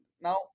Now